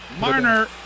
Marner